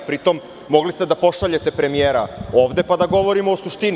Pritom, mogli ste da pošaljete premijera ovde, pa da govorimo o suštini.